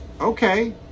Okay